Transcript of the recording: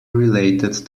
related